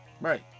right